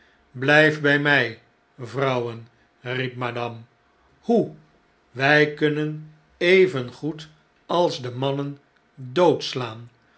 bhjft bij mij vrouwen riep madame hoe wy kunnen evengoed als de mannen doodslaan